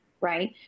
right